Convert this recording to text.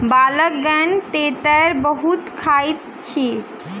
बालकगण तेतैर बहुत खाइत अछि